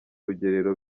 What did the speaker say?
rugerero